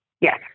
Yes